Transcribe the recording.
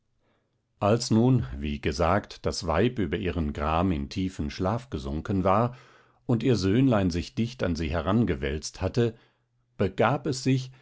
als nun wie gesagt das weib über ihren gram in tiefen schlaf gesunken war und ihr söhnlein sich dicht an sie herangewälzt hatte begab es sich